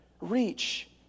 reach